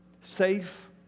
safe